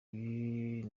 uyu